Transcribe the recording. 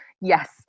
Yes